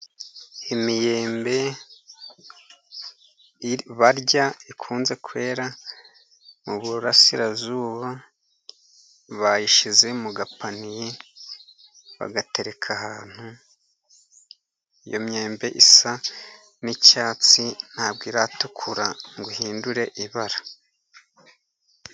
Imyembe barya ikunze kwera mu burasirazuba, bayishyize mu gapaniye bagatereka ahantu, iyo myembe isa n'icyatsi, ntabwo iratukura ngo ihindure ibara.